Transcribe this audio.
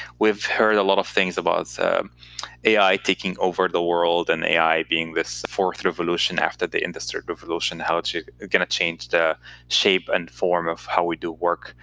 we've heard a lot of things about ai taking over the world and ai being this fourth revolution after the industrial revolution, how it's going to change the shape and form of how we do work.